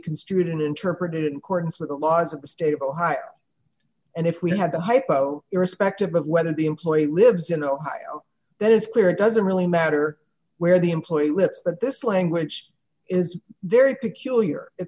construed interpreted in court the laws of the state of ohio and if we had a hypo irrespective of whether the employee lives in ohio that is clear it doesn't really matter where the employee lips but this language is very peculiar it